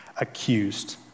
accused